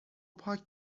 پاک